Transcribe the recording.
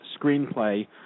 Screenplay